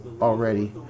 already